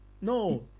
No